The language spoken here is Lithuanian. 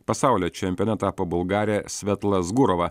pasaulio čempione tapo bulgarė svetla zgurova